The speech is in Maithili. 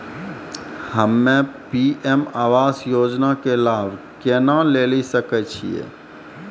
हम्मे पी.एम आवास योजना के लाभ केना लेली सकै छियै?